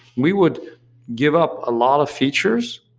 we would give up a lot of features,